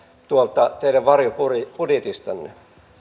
tuolta teidän varjobudjetistanne